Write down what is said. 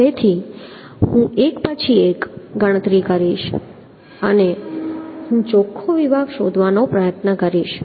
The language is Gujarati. તેથી હું એક પછી એક ગણતરી કરીશ અને પછી હું ચોખ્ખો વિસ્તાર શોધવાનો પ્રયત્ન કરીશ